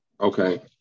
Okay